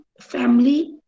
family